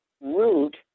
root